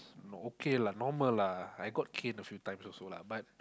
okay lah normal lah I got caned a few times also lah but